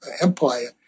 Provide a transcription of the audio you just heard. Empire